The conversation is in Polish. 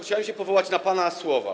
Chciałem się powołać na pana słowa.